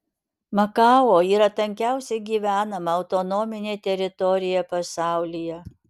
makao yra tankiausiai gyvenama autonominė teritorija pasaulyje